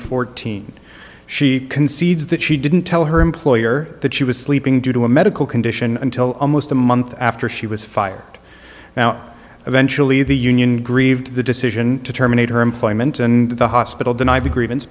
fourteen she concedes that she didn't tell her employer that she was sleeping due to a medical condition until almost a month after she was fired now eventually the union grieved the decision to terminate her employment and the hospital denied